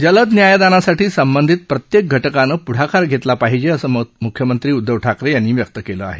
जलद न्यायदानासाठी संबंधित प्रत्येक घटकानं प्ढाकार घेतला पाहिजे असं मत म्ख्यमंत्री उद्धव ठाकरे यांनी व्यक्त केलं आहे